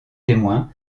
témoins